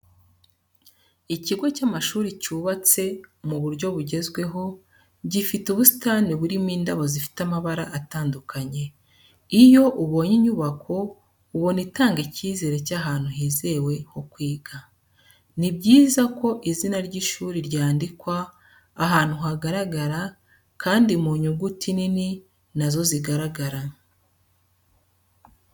Ikigo cy'amashuri cyubatse mu buryo bugezweho, gifite ubusitani burimo indabo zifite amabara atandukanye. Iyo ubonye inyubako ubona itanga icyizere cy'ahantu hizewe ho kwiga. Ni byiza ko izina ry'ishuri ryandikwa ahantu hagaragara kandi mu nyuguti nini na zo zigaragara.